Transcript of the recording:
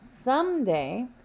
Someday